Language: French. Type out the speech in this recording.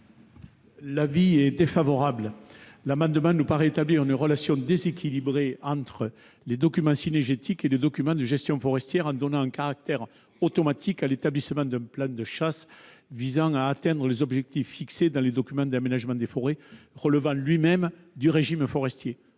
est défavorable à cet amendement, qui tend à établir une relation déséquilibrée entre les documents cynégétiques et les documents de gestion forestière, en donnant un caractère automatique à l'établissement d'un plan de chasse visant à atteindre les objectifs fixés dans les documents d'aménagement des forêts, qui relèvent eux-mêmes du régime forestier.